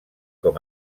com